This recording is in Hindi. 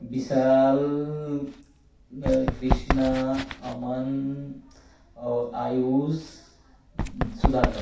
विशाल कृष्ण अमन और आयुष सुधाकर